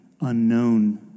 unknown